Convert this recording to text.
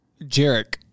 Jarek